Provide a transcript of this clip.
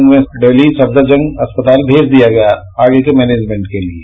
उन्हें दिल्ली सफदरगंज अस्पताल भेज दिया गया है आगे के मैनेजमेंट के लिये